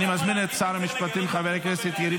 אני מזמין את שר המשפטים חבר הכנסת יריב